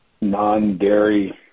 non-dairy